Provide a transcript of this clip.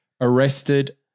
arrested